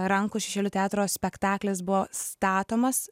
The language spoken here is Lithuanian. rankų šešėlių teatro spektaklis buvo statomas